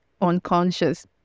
unconscious